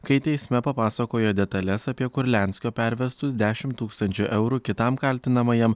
kai teisme papasakojo detales apie kurlianskio pervestus dešimt tūkstančių eurų kitam kaltinamajam